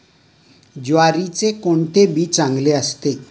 ज्वारीचे कोणते बी चांगले असते?